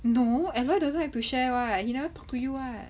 no aloy doesn't like to share [what] he never talk to you [what]